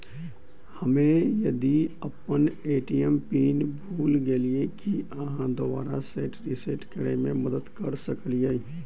हम्मे यदि अप्पन ए.टी.एम पिन भूल गेलियै, की अहाँ दोबारा सेट रिसेट करैमे मदद करऽ सकलिये?